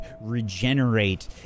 regenerate